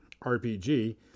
RPG